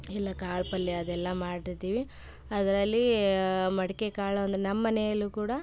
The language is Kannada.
ಎಲ್ಲ ಕಾಳು ಪಲ್ಯ ಅದೆಲ್ಲ ಮಾಡಿರ್ತೀವಿ ಅದರಲ್ಲಿ ಮಡಕೆ ಕಾಳು ಅಂದರೆ ನಮ್ಮ ಮನೆಯಲ್ಲೂ ಕೂಡ